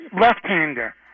Left-hander